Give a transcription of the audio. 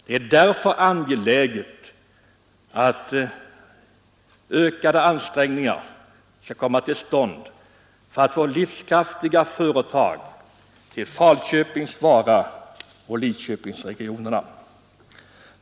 Det är därför angeläget att öka ansträngningarna att få livskraftiga företag till Falköpings-, Varaoch Lidköpingsregionerna.